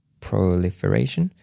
proliferation